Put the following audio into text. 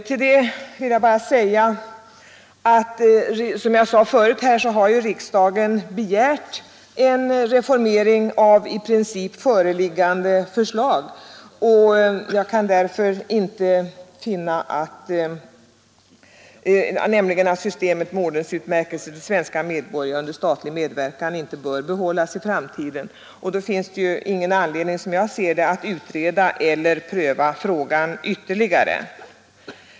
Som jag tidigare framhållit har riksdagen begärt en reformering i princip enligt föreliggande förslag, alltså att systemet med ordensutmärkelser för svenska medborgare under statlig medverkan inte bör behållas i framtiden. Och som jag ser detta finns det ju då ingen anledning att utreda eller pröva frågan ytterligare.